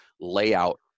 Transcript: layout